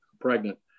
pregnant